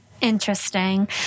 Interesting